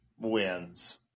wins